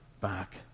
back